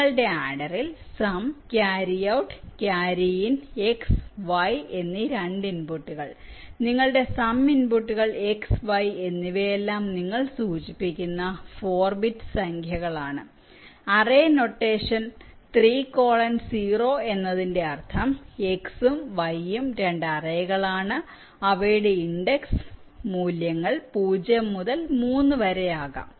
നിങ്ങളുടെ ആഡറിൽ sum carry out carry in X Y എന്നി 2 ഇൻപുട്ടുകൾ നിങ്ങളുടെ സം ഇൻപുട്ടുകൾ X Y എന്നിവയെല്ലാം നിങ്ങൾ സൂചിപ്പിക്കുന്ന 4 ബിറ്റ് സംഖ്യകളാണ് അറേ നൊട്ടേഷൻ 3 കോളൻ 0 എന്നതിന്റെ അർത്ഥം X ഉം Y ഉം 2 അറേകളാണ് അവയുടെ ഇൻഡെക്സ് മൂല്യങ്ങൾ 0 മുതൽ 3 വരെയാകാം